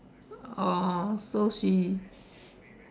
oh so he